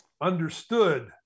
understood